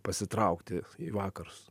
pasitraukti į vakarus